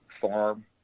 farm